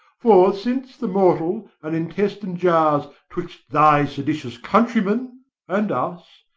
for, since the mortal and intestine jars twixt thy seditious countrymen and us,